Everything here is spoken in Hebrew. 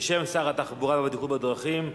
בשם שר התחבורה והבטיחות בדרכים,